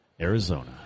Arizona